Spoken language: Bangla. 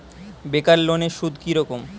বেকার লোনের সুদ কি রকম?